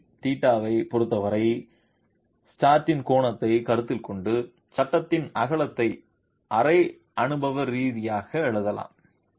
frame θ ஐப் பொறுத்தவரை ஸ்ட்ரட்டின் கோணத்தைக் கருத்தில் கொண்டு சட்டத்தின் அகலத்தை அரை அனுபவ ரீதியாக எழுதலாம்